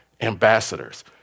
ambassadors